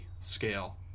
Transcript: scale